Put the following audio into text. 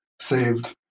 saved